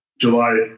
July